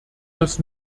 das